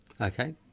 Okay